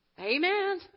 Amen